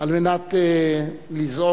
על מנת לזעוק.